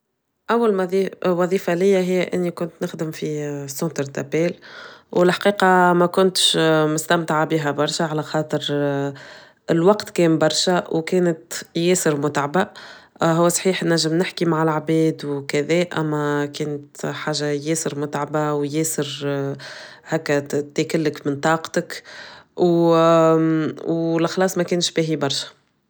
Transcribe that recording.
أول وظيفة ليا هي إني كنت نخدم في سنتر تابيل والحقيقة ما كنتش مستمتعة بيها برشا على خاطر الوقت كان برشا وكانت ياسر متعبة هو صحيح نجم نحكي مع العباد وكذا أما كانت حاجة ياسر متعبة وياسر هكا تاكلك من طاقتك ولخلاص ما كانش باهي برشا.